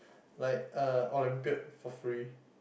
like uh Olympiad for free